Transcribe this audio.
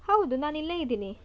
ಹೌದು ನಾನು ಇಲ್ಲೇ ಇದ್ದೀನಿ